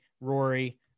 Rory